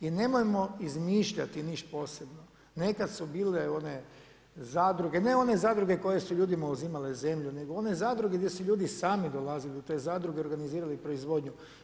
I nemojmo izmišljati niš posebno, nekad su bile one zadruge, ne one zadruge koje su ljudima uzimale zemlju nego one zadruge gdje su ljudi sami dolazili u te zadruge i organizirali proizvodnju.